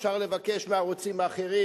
אפשר לבקש מהערוצים האחרים,